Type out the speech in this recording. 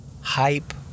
hype